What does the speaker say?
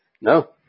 No